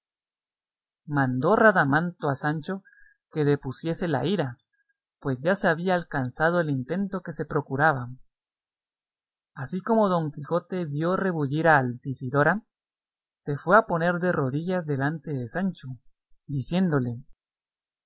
mandó radamanto a sancho que depusiese la ira pues ya se había alcanzado el intento que se procuraba así como don quijote vio rebullir a altisidora se fue a poner de rodillas delante de sancho diciéndole